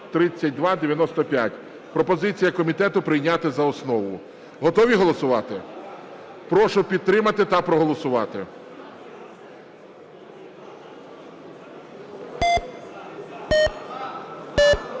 Пропозиція комітету – прийняти за основу. Готові голосувати? Прошу підтримати та проголосувати.